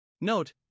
Note